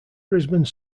brisbane